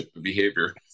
behavior